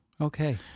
Okay